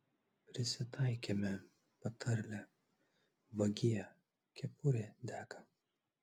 prisitaikėme patarlę vagie kepurė dega